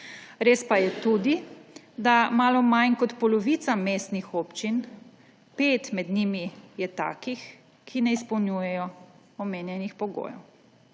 Res pa je tudi, da malo manj kot polovica mestnih občin, pet med njimi je takih, ne izpolnjuje omenjenih pogojev.